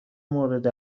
مورد